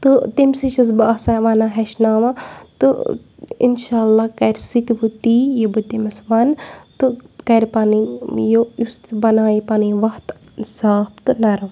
تہٕ تٔمسٕے چھَس بہٕ آسان وَنان ہیٚچھناوان تہٕ اِنشاءَ اللہ کَرِ سۄتہِ وۄنۍ تی یہِ بہٕ تٔمِس وَنہٕ تہٕ کَرِ پَنٕنۍ یہِ یُس تہِ بَنایہِ پَنٕنۍ وَتھ صاف تہٕ نَرٕم